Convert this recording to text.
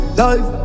life